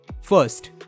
First